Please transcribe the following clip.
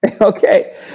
okay